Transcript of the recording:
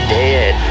dead